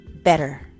better